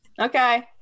Okay